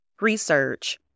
research